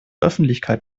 öffentlichkeit